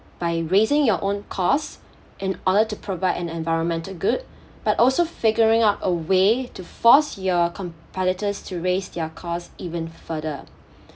by raising your own cost in order to provide an environmental good but also figuring out a way to force your competitors to raise their cost even further